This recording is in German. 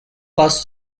warst